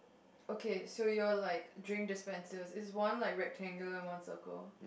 okay so you're like drink dispensers is one like rectangular one circle